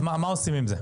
מה עושים עם זה?